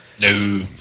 No